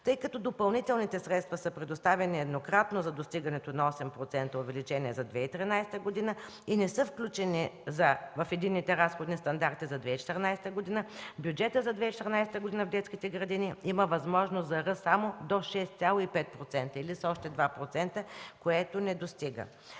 Тъй като допълнителните средства са предоставени еднократно до достигането на 8% увеличение за 2013 г. и не са включени в единните разходни стандарти за 2014 г., бюджетът за 2014 г. в детските градини има възможност за ръст само до 6,5% или с още 2%, което недостига.